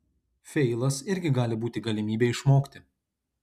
feilas irgi gali būti galimybė išmokti